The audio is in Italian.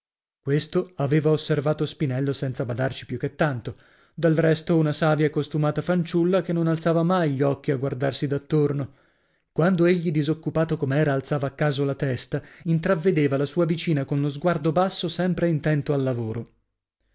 questo aveva osservato spinello senza badarci più che tanto del resto una savia e costumata fanciulla che non alzava mai gli occhi a guardarsi d'attorno quando egli disoccupato com'era alzava a caso la testa intravvedeva la sua vicina con lo sguardo basso sempre intento al lavoro